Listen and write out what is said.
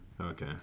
Okay